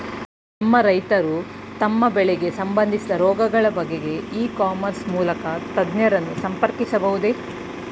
ನಮ್ಮ ರೈತರು ತಮ್ಮ ಬೆಳೆಗೆ ಸಂಬಂದಿಸಿದ ರೋಗಗಳ ಬಗೆಗೆ ಇ ಕಾಮರ್ಸ್ ಮೂಲಕ ತಜ್ಞರನ್ನು ಸಂಪರ್ಕಿಸಬಹುದೇ?